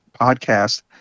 podcast